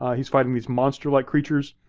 he's fighting these monster-like creatures.